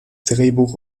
drehbuch